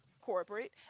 corporate